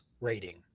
rating